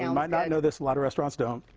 and might not know this. a lot of restaurants don't,